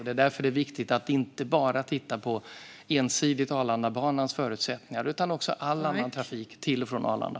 Det är därför viktigt att titta inte ensidigt på Arlandabanans förutsättningar utan också på all annan trafik till och från Arlanda.